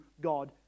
God